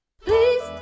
Please